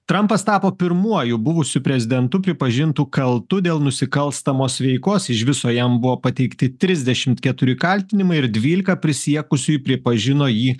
trampas tapo pirmuoju buvusiu prezidentu pripažintu kaltu dėl nusikalstamos veikos iš viso jam buvo pateikti trisdešimt keturi kaltinimai ir dvylika prisiekusiųjų pripažino jį